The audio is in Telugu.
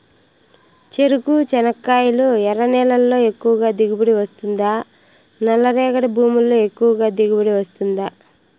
చెరకు, చెనక్కాయలు ఎర్ర నేలల్లో ఎక్కువగా దిగుబడి వస్తుందా నల్ల రేగడి భూముల్లో ఎక్కువగా దిగుబడి వస్తుందా